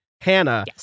Hannah